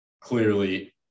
Clearly